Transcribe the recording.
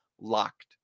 LOCKED